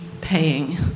paying